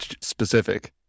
specific